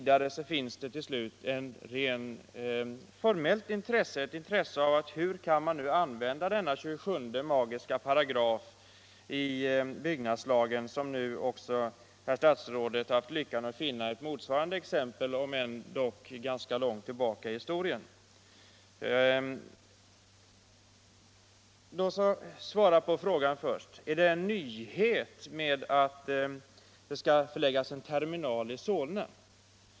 Det finns till slut ett rent formellt intresse av hur man här kan använda den magiska 27 § byggnadslagen. Även om herr statsrådet nu haft lyckan att finna en motsvarighet, ligger detta fall ganska långt tillbaka i tiden. Låt oss först ta upp frågan om det är en nyhet att terminaler skall förläggas till Solna.